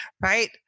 right